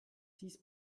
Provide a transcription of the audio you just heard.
dies